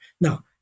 Now